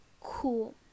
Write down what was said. cool